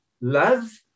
Love